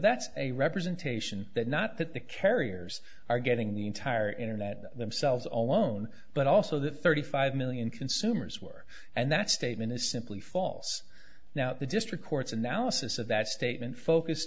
that's a representation that not that the carriers are getting the entire internet themselves alone but also that thirty five million consumers were and that statement is simply false now the district court's analysis of that statement focused